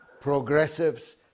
progressives